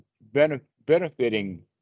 benefiting